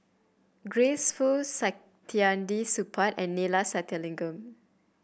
Grace Fu Saktiandi Supaat and Neila Sathyalingam